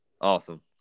Awesome